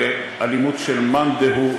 לאלימות של מאן דהוא,